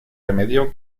remedio